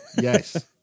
Yes